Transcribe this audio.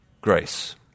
Grace